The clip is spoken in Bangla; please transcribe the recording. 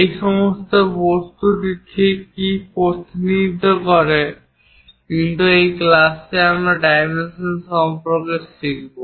এই সম্পূর্ণ বস্তুটি ঠিক কী প্রতিনিধিত্ব করে কিন্তু এই ক্লাসে আমরা ডাইমেনশন সম্পর্কে শিখব